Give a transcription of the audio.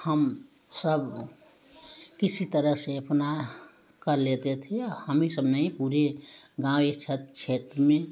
हम सब किसी तरह से अपना कर लेते थे हम ही सब नहीं पूरे गाँव यह क्षेत्र में